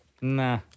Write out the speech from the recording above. Nah